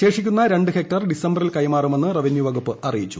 ശേഷിക്കുന്ന രണ്ട് ഹെക്ടർ ഡ്വിസംബറിൽ കൈമാറുമെന്ന് റവന്യൂ വകുപ്പ് അറിയിച്ചു